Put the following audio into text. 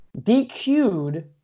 DQ'd